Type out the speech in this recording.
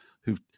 who've